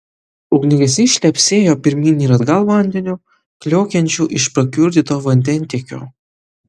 ugniagesiai šlepsėjo pirmyn ir atgal vandeniu kliokiančiu iš prakiurdyto vandentiekio